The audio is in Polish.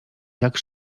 jak